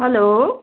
hello